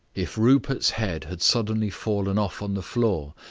if rupert's head had suddenly fallen off on the floor,